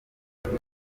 iyo